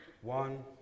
One